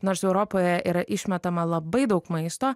nors europoje yra išmetama labai daug maisto